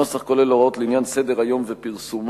הנוסח כולל הוראות לעניין סדר-היום ופרסומו.